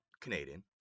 Canadian